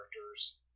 characters